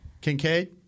Kincaid